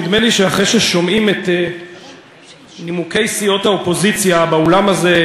נדמה לי שאחרי ששומעים את נימוקי סיעות האופוזיציה באולם הזה,